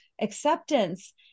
acceptance